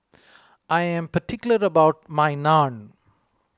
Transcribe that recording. I am particular about my Naan